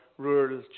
Rural